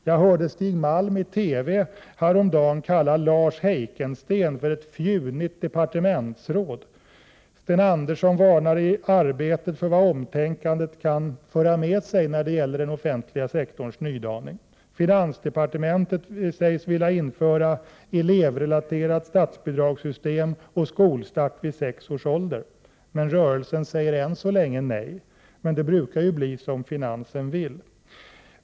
Jag hörde Stig Malm häromdagen i TV kalla Lars Heikensten för ett fjunigt departementsråd. Sten Andersson varnar i Arbetet för vad omtänkandet när det gäller den offentliga sektorns nydaning kan föra med sig. Finansdepartementet sägs vilja införa elevrelaterat statsbidragssystem och skolstart vid sex års ålder. Men rörelsen säger än så länge nej. Men det brukar ju bli som finansen vill.